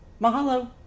Mahalo